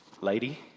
Lady